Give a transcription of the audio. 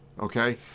okay